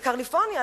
בקליפורניה,